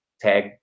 tag